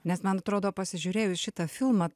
nes man atrodo pasižiūrėjus šitą filmą